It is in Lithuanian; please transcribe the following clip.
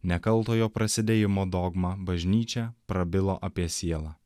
nekaltojo prasidėjimo dogma bažnyčia prabilo apie sielą